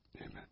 Amen